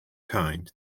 kind